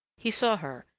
he saw her,